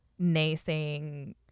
naysaying